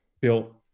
built